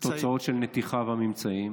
תוצאות של נתיחה וממצאים.